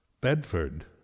Bedford